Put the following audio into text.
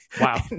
Wow